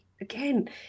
again